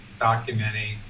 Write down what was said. documenting